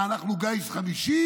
מה, אנחנו גיס חמישי?